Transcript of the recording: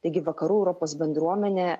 taigi vakarų europos bendruomenė